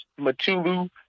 Matulu